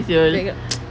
like got